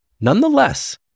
Nonetheless